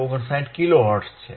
59 kilo hertz છે